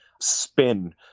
spin